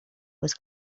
was